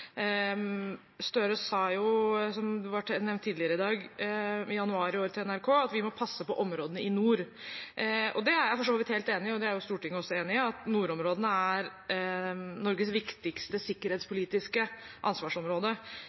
Støre sa, som det ble nevnt tidligere i dag, i januar i år til NRK at vi må passe på områdene i nord. Det er jeg for så vidt helt enig i, og det er jo Stortinget også enig i, at nordområdene er Norges viktigste sikkerhetspolitiske ansvarsområde.